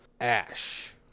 Ash